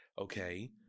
okay